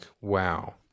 wow